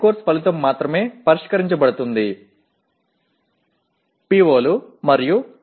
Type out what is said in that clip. அந்த பாடத்திட்டத்தில் ஒவ்வொரு பாடநெறி விளைவுகளும் PO கள் மற்றும் PSO களின் துணைக்குழுவை மட்டுமே குறிக்கிறது